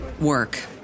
work